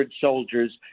soldiers